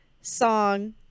song